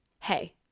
Hey